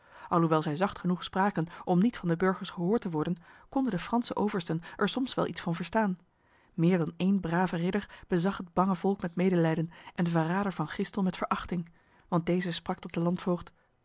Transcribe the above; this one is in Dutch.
alhoewel zij zacht genoeg spraken om niet van de burgers gehoord te worden konden de franse oversten er soms wel iets van verstaan meer dan een brave ridder bezag het bange volk met medelijden en de verrader van gistel met verachting want deze sprak tot de